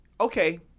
okay